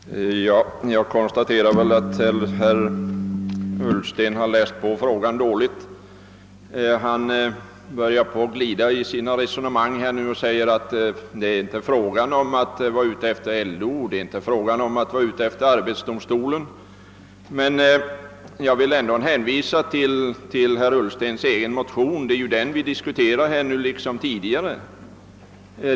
Herr talman! Jag konstaterar att herr Ullsten har läst på ärendet dåligt. Han glider i sina resonemang och säger att han inte är ute efter att komma åt LO eller arbetsdomstolen. Jag vill ändå hänvisa till herr Ullstens egen motion — det är den vi diskuterar nu liksom tidigare.